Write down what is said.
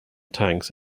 tanks